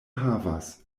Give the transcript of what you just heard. havas